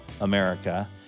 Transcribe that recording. America